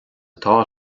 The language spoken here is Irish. atá